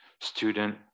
student